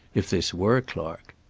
if this were clark.